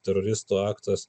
teroristų aktas